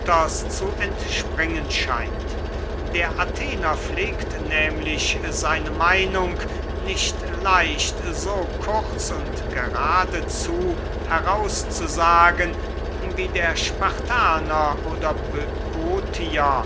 zu entspringen scheint der athener pflegt nehmlich seine meinung nicht leicht so kurz und geradezu heraus zu sagen wie der spartaner oder